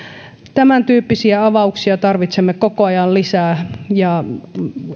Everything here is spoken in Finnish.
tämäntyyppisiä avauksia tarvitsemme koko ajan lisää ja